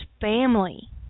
family